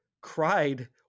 cried